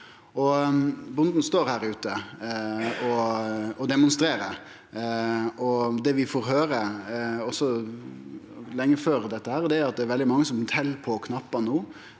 Bonden står her ute og demonstrerer. Det vi får høyre, også lenge før dette, er at det er veldig mange som tel på knappane no,